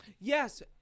Yes